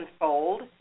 unfold